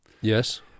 Yes